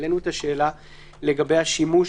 העלינו את השאלה לגבי השימוש,